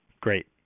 Great